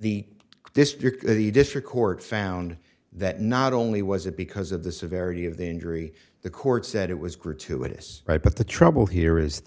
the district the district court found that not only was it because of the severity of the injury the court said it was gratuitous right but the trouble here is